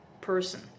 person